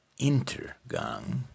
Intergang